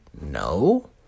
No